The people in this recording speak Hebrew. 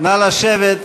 נא לשבת.